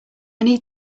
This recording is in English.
need